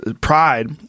Pride